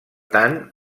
tant